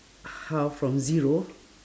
how from zero